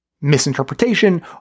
misinterpretation